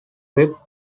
prep